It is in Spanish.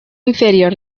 inferior